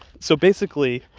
so basically,